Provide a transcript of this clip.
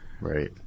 right